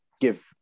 give